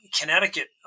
Connecticut